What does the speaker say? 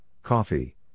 coffee